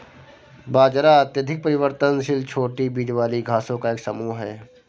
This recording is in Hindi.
बाजरा अत्यधिक परिवर्तनशील छोटी बीज वाली घासों का एक समूह है